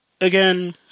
again